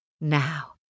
Now